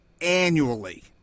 annually